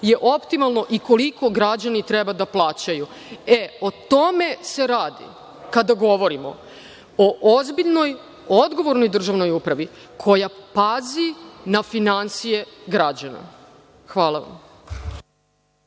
je optimalno i koliko građani treba da plaćaju. O tome se radi kada govorimo o ozbiljnoj, odgovornoj državnoj upravi koja pazi na finansije građana. Hvala vam.